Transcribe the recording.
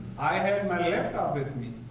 i had my laptop with me,